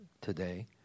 today